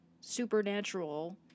supernatural